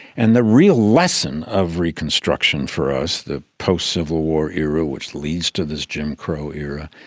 and the real lesson of reconstruction for us, the post-civil war era which leads to this jim crow era,